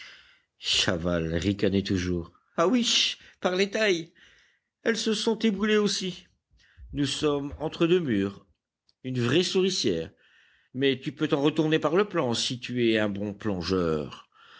chaval ricanait toujours ah ouiche par les tailles elles se sont éboulées aussi nous sommes entre deux murs une vraie souricière mais tu peux t'en retourner par le plan si tu es un bon plongeur